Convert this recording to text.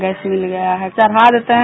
gas मिल गया है चढ़ा देते हैं